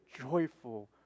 joyful